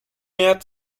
mehr